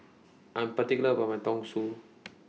I'm particular about My